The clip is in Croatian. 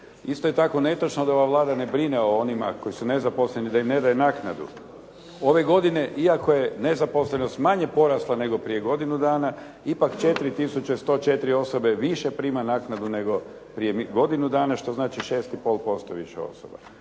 Isto je tako netočno da ova Vlada ne brine o onima koji su nezaposleni, da im ne daje naknadu. Ove godine iako je nezaposlenost manje porasla, nego prije godinu dana, ipak 4 tisuće 104 osobe više prima naknadu nego prije godinu dana, što znači 6,5% više osoba.